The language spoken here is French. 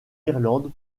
irlande